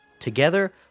Together